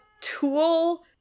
tool